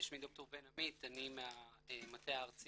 שמי ד"ר בן עמית, אני מהמטה הארצי